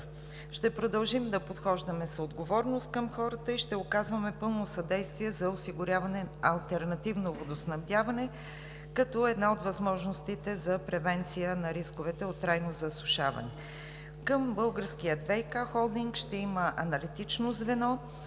Ще продължим да подхождаме с отговорност към хората и ще оказваме пълно съдействие за осигуряване на алтернативно водоснабдяване като една от възможностите за превенция на рисковете от трайно засушаване. Към „Българския ВиК холдинг“ ще има аналитично звено,